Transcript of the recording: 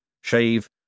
shave